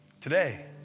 Today